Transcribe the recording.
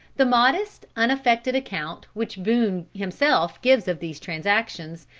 the modest, unaffected account which boone himself gives of these transactions,